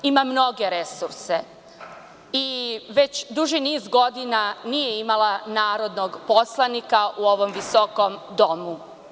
Ima mnoge resurse i već duži niz godina nije imala narodnog poslanika u ovom visokom domu.